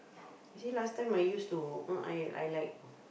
you see last time I used to uh I I like